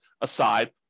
aside